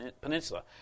Peninsula